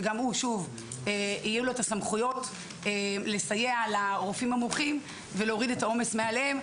שיהיו לו הסמכויות לסייע לרופאים המומחים ולהוריד את העומס מעליהם,